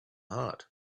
heart